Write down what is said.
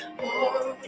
more